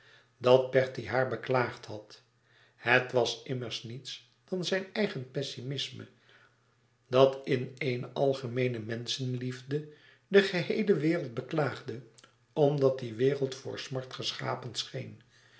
dat bertie haar beklaagd had het was immers niets dan zijn eigen pessimisme dat in eene algemeene menschenliefde de geheele wereld beklaagde omdat die wereld voor smart geschapen scheen